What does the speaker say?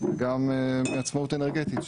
וגם מעצמאות אנרגטית,